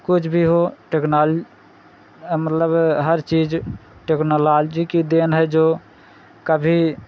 कुछ भी हो टेक्नॉल मतलब हर चीज़ टेक्नॉलजी की देन है जो कभी